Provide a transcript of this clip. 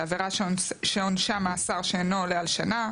זו עבירה שעונשה מאסר שאינו עונה על שנה,